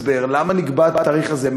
הסבר למה נקבע התאריך הזה,